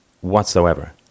whatsoever